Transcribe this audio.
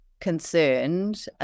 concerned